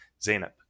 Zeynep